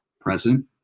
present